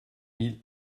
mille